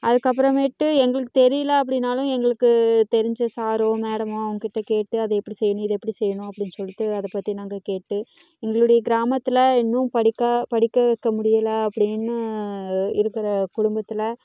அதுக்கப்புறமேட்டு எங்களுக்கு தெரியலை அப்படின்னாலும் எங்களுக்கு தெரிஞ்ச சாரோ மேடமோ அவங்கிட்ட கேட்டு அது எப்படி செய்யணும் இது எப்படி செய்யணும் அப்படின்னு சொல்லிட்டு அதை பற்றி நாங்கள் கேட்டு எங்களுடைய கிராமத்தில் இன்னும் படிக்கா படிக்க வைக்க முடியலை அப்படின்னு இருக்கிற குடும்பத்தில்